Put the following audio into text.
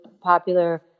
popular